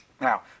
Now